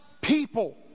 people